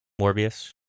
Morbius